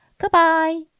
Goodbye